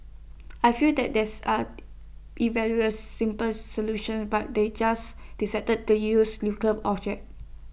I feel like these are simpler solutions but they just decided to use the nuclear object